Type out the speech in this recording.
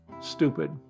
stupid